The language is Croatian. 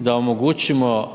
da omogućimo